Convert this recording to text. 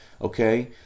Okay